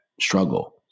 struggle